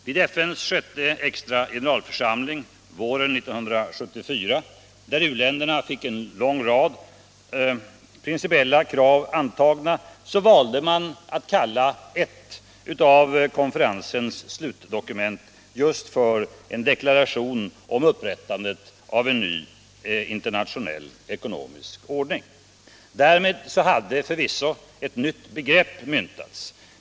Vid FN:s sjätte extra generalförsamling våren 1974, där u-länderna fick en lång rad principiella krav antagna, valde man att kalla ett av konferensens slutdokument en ”deklaration om upprättandet av en ny internationell ekonomisk ordning”. Därmed hade förvisso ett nytt begrepp myntats.